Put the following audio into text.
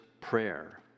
prayer